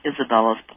Isabella's